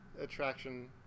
attraction